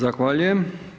Zahvaljujem.